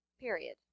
period